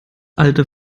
alte